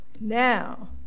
Now